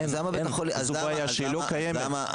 אין, זו בעיה שהיא לא קיימת.